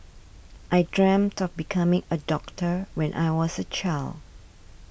I dreamt of becoming a doctor when I was a child